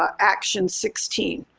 um action sixteen,